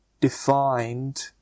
defined